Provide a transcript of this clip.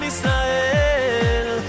Israel